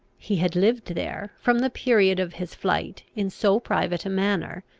he had lived there, from the period of his flight, in so private a manner,